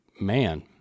man